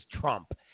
Trump